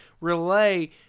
relay